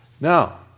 Now